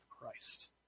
Christ